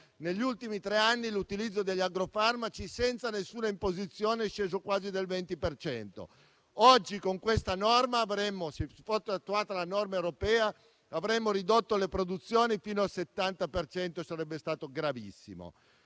negli ultimi tre anni l'utilizzo degli agrofarmaci, senza alcuna imposizione, è sceso quasi del 20 per cento. Oggi, se fosse attuata la norma europea, avremmo ridotto le produzioni fino al 70 per cento e sarebbe stato gravissimo.